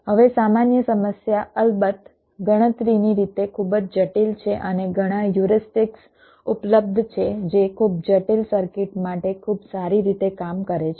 હવે સામાન્ય સમસ્યા અલબત્ત ગણતરીની રીતે ખૂબ જ જટિલ છે અને ઘણા હ્યુરિસ્ટિક્સ ઉપલબ્ધ છે જે ખૂબ જટિલ સર્કિટ માટે ખૂબ સારી રીતે કામ કરે છે